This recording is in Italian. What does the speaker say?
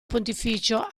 pontificio